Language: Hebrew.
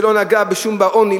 ולא נגעה בשום דבר בעוני,